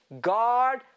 God